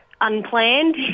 unplanned